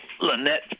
Lynette